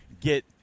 get